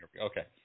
Okay